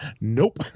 nope